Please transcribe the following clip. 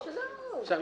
אני